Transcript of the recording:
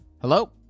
Hello